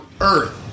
earth